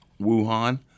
Wuhan